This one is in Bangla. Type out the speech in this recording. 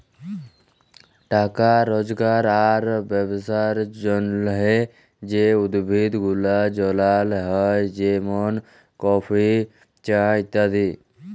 টাকা রজগার আর ব্যবসার জলহে যে উদ্ভিদ গুলা যগাল হ্যয় যেমন কফি, চা ইত্যাদি